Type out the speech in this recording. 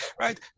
right